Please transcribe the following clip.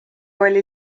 oli